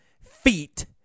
feet